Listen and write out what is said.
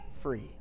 free